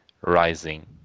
rising